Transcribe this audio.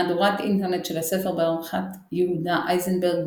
מהדורת אינטרנט של הספר בעריכת יהודה איזנברג,